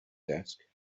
desk